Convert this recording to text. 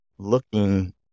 looking